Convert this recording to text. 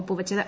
ഒപ്പുവച്ചത്